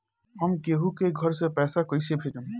हम केहु के घर से पैसा कैइसे भेजम?